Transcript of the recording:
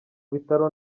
bitaramo